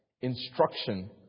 instruction